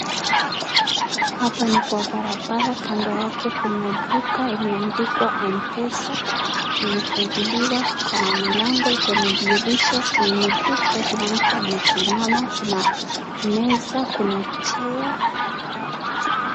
Hapa ni kwa barabara kando yake kuna duka imeandikwa Mpesa imefunguliwa ikona milango ikona dirisha kwenye duka kuna mtu amesimama kuna meza kuna chair .